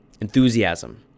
Enthusiasm